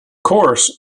course